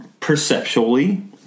perceptually